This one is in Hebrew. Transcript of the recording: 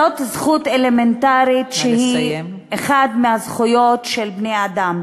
זו זכות אלמנטרית שהיא אחת מהזכויות של בני-האדם.